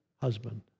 husband